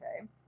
okay